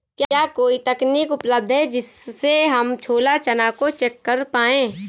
क्या कोई तकनीक उपलब्ध है जिससे हम छोला चना को चेक कर पाए?